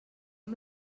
amb